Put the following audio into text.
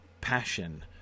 passion